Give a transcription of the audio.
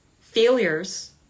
failures